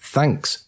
Thanks